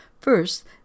First